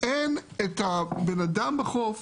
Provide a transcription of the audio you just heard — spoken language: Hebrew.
אין את הבן אדם בחוף